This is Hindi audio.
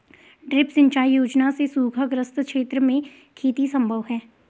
ड्रिप सिंचाई योजना से सूखाग्रस्त क्षेत्र में खेती सम्भव है